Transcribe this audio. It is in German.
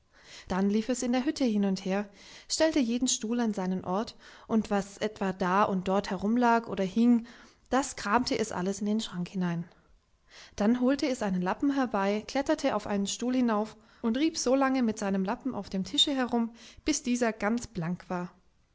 dann lief es in der hütte hin und her stellte jeden stuhl an seinen ort und was etwa da und dort herumlag oder hing das kramte es alles in den schrank hinein dann holte es einen lappen herbei kletterte auf einen stuhl hinauf und rieb so lange mit seinem lappen auf dem tische herum bis dieser ganz blank war